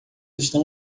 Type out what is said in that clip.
estão